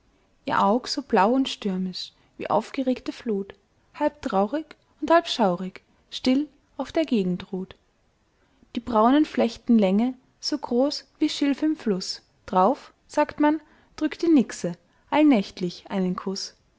ihr aug so blau und stürmisch wie aufgeregte flut halb traurig und halb schaurig still auf der gegend ruht der braunen flechten länge so groß wie schilf im fluß drauf sagt man drückt die nixe allnächtlich einen kuß